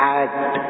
act